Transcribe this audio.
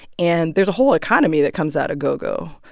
and there's a whole economy that comes out of go-go,